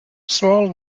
small